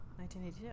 1982